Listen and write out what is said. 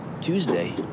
Tuesday